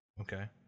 Okay